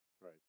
Right